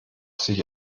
sich